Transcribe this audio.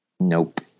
Nope